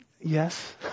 yes